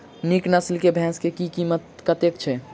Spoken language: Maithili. नीक नस्ल केँ भैंस केँ कीमत कतेक छै?